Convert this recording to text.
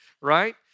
Right